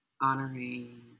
honoring